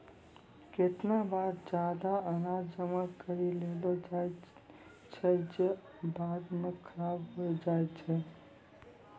केतना बार जादा अनाज जमा करि लेलो जाय छै जे बाद म खराब होय जाय छै